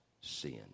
sin